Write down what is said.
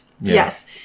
Yes